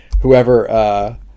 Whoever